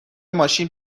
ماشین